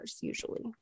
usually